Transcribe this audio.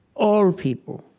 all people,